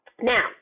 Now